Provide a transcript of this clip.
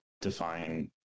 define